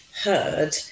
heard